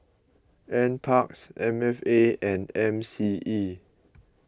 N Parks M F A and M C E